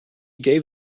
gave